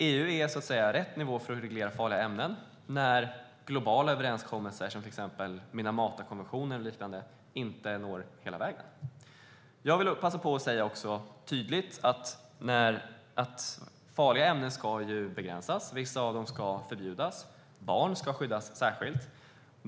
EU är rätt nivå för att reglera farliga ämnen när globala överenskommelser som till exempel Minamatakonventionen inte når hela vägen. Jag vill passa på att tydligt säga att farliga ämnen ska begränsas. Vissa av dem ska förbjudas, och barn ska skyddas särskilt.